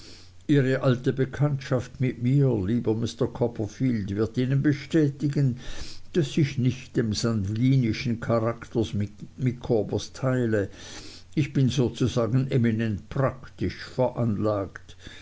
ihre alte bekanntschaft mit mir lieber mr copperfield wird ihnen bestätigen daß ich nicht den sanguinischen charakter micawbers teile ich bin sozusagen eminent praktisch veranlagt